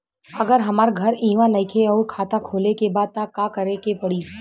अगर हमार घर इहवा नईखे आउर खाता खोले के बा त का करे के पड़ी?